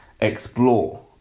explore